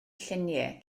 lluniau